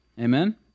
Amen